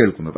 രംഭ